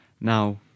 Now